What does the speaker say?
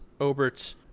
Obert